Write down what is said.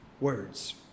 words